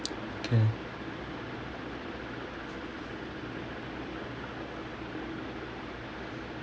okay